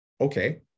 Okay